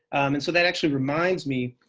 and so that actually reminds me,